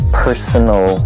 personal